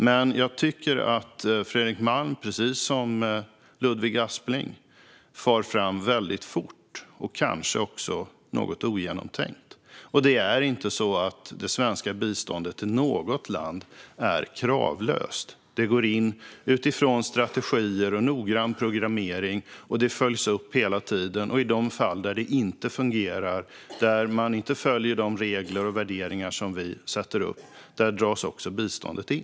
Men jag tycker att Fredrik Malm, precis som Ludvig Aspling, far fram väldigt fort och kanske också något ogenomtänkt. Det är inte så att det svenska biståndet till något land är kravlöst. Det går in utifrån strategier och noggrann programmering och det följs upp hela tiden, och i de fall det inte fungerar och man inte följer de regler och värderingar vi sätter upp dras biståndet in.